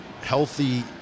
healthy